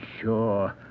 sure